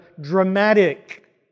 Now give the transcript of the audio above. dramatic